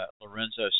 Lorenzo